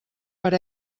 per